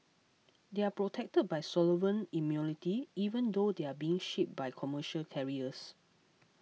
they are protected by sovereign immunity even though they were being shipped by commercial carriers